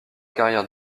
carrière